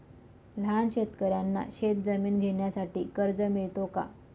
लहान शेतकऱ्यांना शेतजमीन घेण्यासाठी कर्ज मिळतो का?